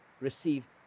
received